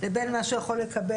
לבין מה שהוא יכול לקבל,